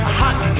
hot